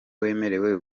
wemerewe